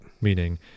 meaning